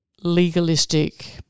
legalistic